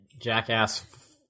jackass